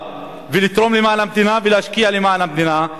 ולתרום למען המדינה ולהשקיע למען המדינה,